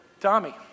Tommy